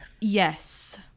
yes